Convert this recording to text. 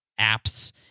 apps